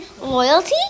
loyalty